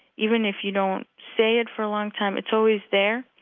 even if you don't say it for a long time, it's always there.